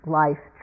life